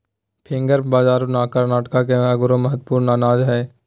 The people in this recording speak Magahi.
फिंगर बाजरा कर्नाटक के एगो महत्वपूर्ण अनाज हइ